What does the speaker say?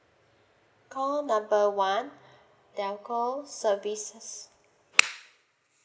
call number one telco services